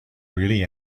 really